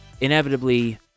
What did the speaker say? inevitably